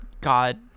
god